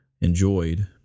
enjoyed